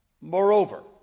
Moreover